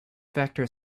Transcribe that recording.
vector